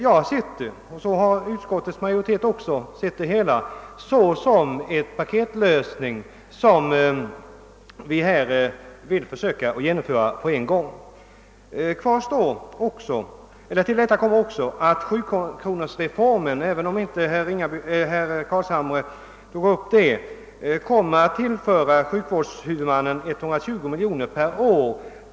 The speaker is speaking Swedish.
Jag har, liksom utskottsmajoriteten, sett den såsom en paketlösning, som vi vill försöka genomföra på en gång. Till detta kommer att sjukronorsreformen — låt vara att herr Carlshamre inte tog upp den saken — kommer att tillföra sjukvårdshuvudmannen 120 miljoner kronor per år.